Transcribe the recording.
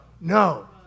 no